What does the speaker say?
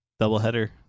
Doubleheader